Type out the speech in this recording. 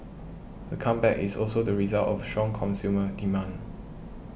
the comeback is also the result of strong consumer demand